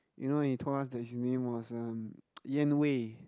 you know he told us that his name was Yan-Wei